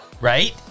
right